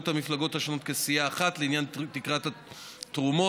את המפלגות השונות כסיעה אחת לעניין תקרת התרומות,